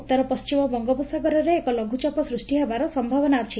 ଉତ୍ତର ପଣ୍କିମ ବଙ୍ଗୋପସାଗରରେ ଏକ ଲଘୁଚାପ ସୂଷ୍କ ହେବାର ସୟାବନା ଅଛି